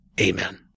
Amen